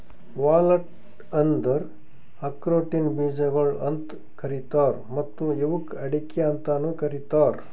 walnut ಅಂದುರ್ ಆಕ್ರೋಟಿನ ಬೀಜಗೊಳ್ ಅಂತ್ ಕರೀತಾರ್ ಮತ್ತ ಇವುಕ್ ಅಡಿಕೆ ಅಂತನು ಕರಿತಾರ್